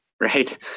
Right